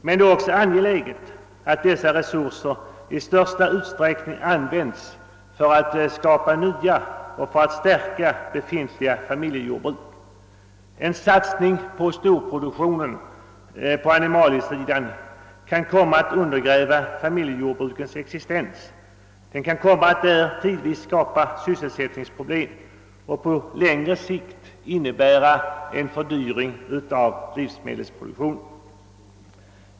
Men det är också angeläget att dessa resurser i största möjliga utsträckning används för att skapa nya och för att stärka befintliga familjejordbruk. En satsning på storproduktion på animaliesidan kan komma att undergräva familjejordbrukens existens, det kan komma att tidvis skapa sysselsättningsproblem och på längre sikt innebära en fördyring av livsmedelsproduktionen.